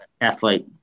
athlete